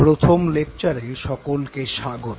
প্রথম লেকচারে সকলকে স্বাগত